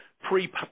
pre